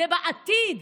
זה בעתיד.